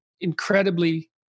incredibly